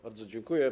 Bardzo dziękuję.